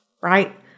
right